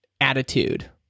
attitude